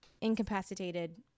incapacitated